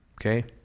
Okay